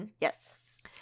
yes